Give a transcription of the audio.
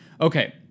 Okay